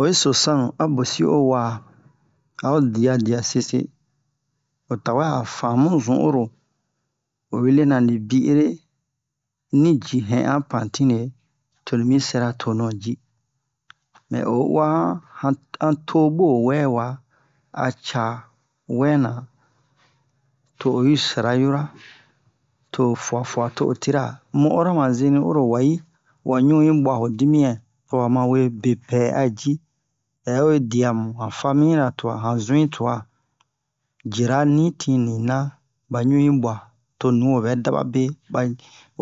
oyi so sannu a bosi o wa o a dia diya sese o tawɛ a o famu zun oro oyi lena ni bi ere ni ji hɛn'a pantinne to nimi sɛra tonu ji mɛ oyi uwa han han to'oɓo wɛwa a ca wɛna to oyi sara yɔrɔ to fuwa-fuwa to o tira mu ɔrɔ ma zeni oro wayi wa ɲu yi ɓwa ho dimiyan to wa ma we pepɛ a ji hɛ'oyi diya mu han famiye-ra tuwa han zun'in tuwa jira nitin ninan ɓa ɲu yi ɓwa to nuho ɓɛ daɓabe ɓa